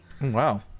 Wow